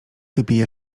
wypije